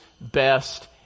best